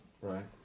Right